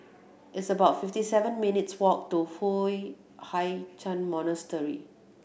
it's about fifty seven minutes' walk to Foo Hai Ch'an Monastery